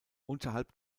unterhalb